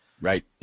Right